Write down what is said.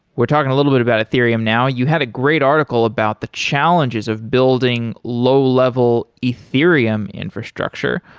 we're talking a little bit about ethereum now. you had a great article about the challenges of building low-level ethereum infrastructure.